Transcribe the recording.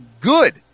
good